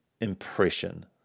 impression